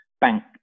bank